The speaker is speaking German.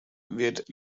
wird